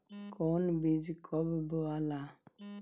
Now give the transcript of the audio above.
कौन बीज कब बोआला?